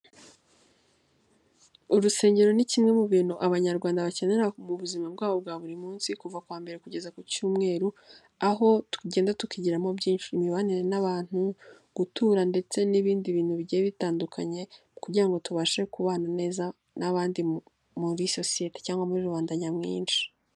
Urusengero ni kimwe mu bintu abanyarwanda bakenera mu buzima bwabo bwa buri munsi kuva kuwa mbere kugeza ku cyumweru, aho tugenda tukigiramo byinshi mu mibanire n'abantu, gutura ndetse n'ibindi bintu bigiye bitandukanye kugira ngo tubashe kubana neza n'abandi muri sosiyete cyangwa muri rubanda nyamwinshi.